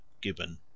gibbon